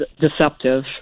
deceptive